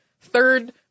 third